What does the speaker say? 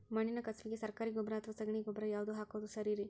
ಮಣ್ಣಿನ ಕಸುವಿಗೆ ಸರಕಾರಿ ಗೊಬ್ಬರ ಅಥವಾ ಸಗಣಿ ಗೊಬ್ಬರ ಯಾವ್ದು ಹಾಕೋದು ಸರೇರಿ?